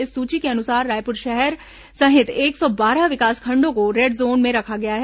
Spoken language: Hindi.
इस सूची के अनुसार रायपुर शहर सहित एक सौ बारह विकासखंडों को रेड जोन में रखा गया है